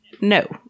No